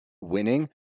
winning